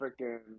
freaking